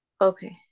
okay